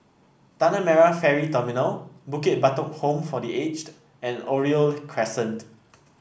Tanah Merah Ferry Terminal Bukit Batok Home for The Aged and Oriole Crescent